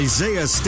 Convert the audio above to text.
Isaiah